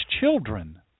children